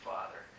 Father